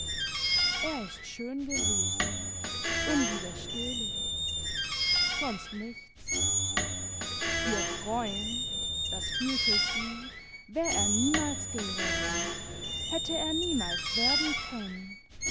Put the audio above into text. er ist schön gewesen unwiderstehlich sonst nichts ihr freund das fühlte sie wär er niemals geworden hätte er niemals werden können